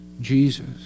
Jesus